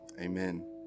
amen